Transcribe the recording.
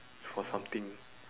for something